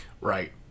Right